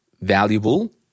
valuable